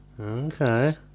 Okay